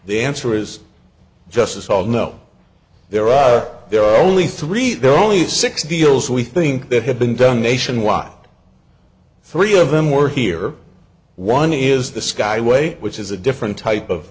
the answer is just as all know there are there are only three there are only six deals we think that have been done nationwide three of them were here one is the skyway which is a different type of